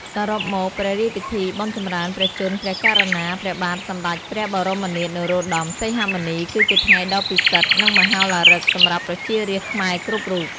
សរុបមក ព្រះរាជពិធីបុណ្យចម្រើនព្រះជន្ម ព្រះករុណា ព្រះបាទសម្តេចព្រះបរមនាថ នរោត្តម សីហមុនី គឺជាថ្ងៃដ៏ពិសិដ្ឋ និងមហោឡារិកសម្រាប់ប្រជារាស្ត្រខ្មែរគ្រប់រូប។